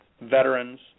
veterans